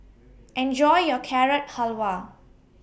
Enjoy your Carrot Halwa